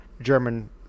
German